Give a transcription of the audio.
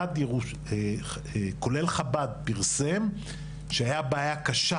כולל חב"ד פרסם שהייתה בעיה קשה,